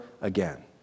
again